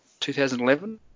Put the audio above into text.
2011